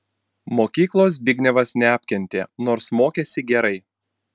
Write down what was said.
mokyklos zbignevas neapkentė nors mokėsi gerai